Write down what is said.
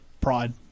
pride